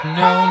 no